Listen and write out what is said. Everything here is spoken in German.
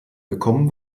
gekommen